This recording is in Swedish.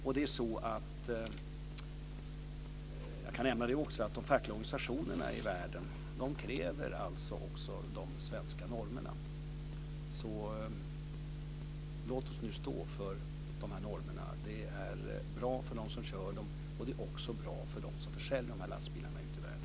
Jag kan också nämna att de fackliga organisationerna i världen kräver de svenska normerna. Låt oss nu stå för de normerna! De är bra för dem som kör lastbilarna och också för dem som säljer dem ute i världen.